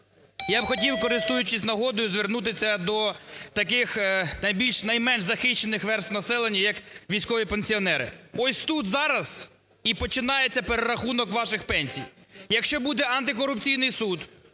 Я хотів би, користуючись нагодою, звернутися до таких найбільш… найменш захищених верств населення, як військові пенсіонери. Ось тут зараз і починається перерахунок ваших пенсій. Якщо буде антикорупційний суд,